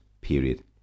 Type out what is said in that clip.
period